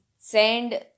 send